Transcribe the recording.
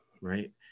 right